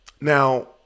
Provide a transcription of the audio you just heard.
Now